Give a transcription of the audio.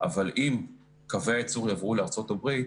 אבל אם קווי הייצור יעברו לארצות הברית,